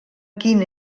quin